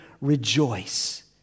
rejoice